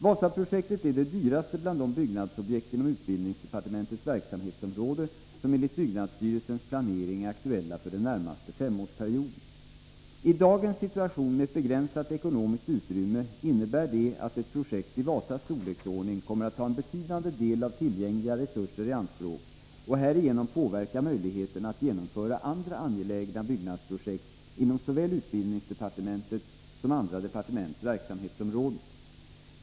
Wasaprojektet är det dyraste bland de byggnadsobjekt inom utbildningsdepartementets verksamhetsområde som enligt byggnadsstyrelsens planering är aktuella för den närmaste femårsperioden. I dagens situation med ett begränsat ekonomiskt utrymme innebär det att ett projekt i Wasas storleksordning kommer att ta en betydande del av tillgängliga resurser i anspråk och härigenom påverka möjligheterna att genomföra andra angelägna byggnadsprojekt inom såväl utbildningsdepartementets som andra departements verksamhetsområden.